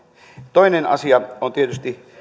toinen asia on tietysti